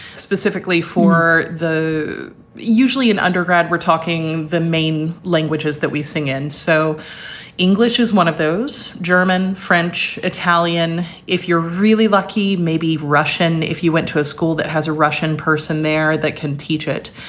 specifically for the usually an undergrad, we're talking the main languages that we sing in. so english is one of those german, french, italian. if you're really lucky, maybe russian. if you went to a school that has a russian person there that can teach it.